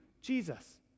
Jesus